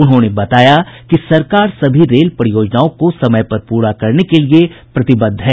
उन्होंने बताया कि सरकार सभी रेल परियोजनाओं को समय पर पूरा करने के लिये प्रतिबद्ध है